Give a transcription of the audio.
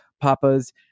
Papa's